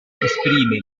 esprime